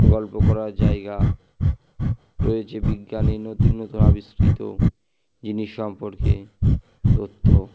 গল্প করার জায়গা রয়েছে বিজ্ঞানের নতুন নতুন আবিষ্কৃত জিনিস সম্পর্কে তথ্য